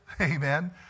Amen